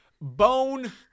bone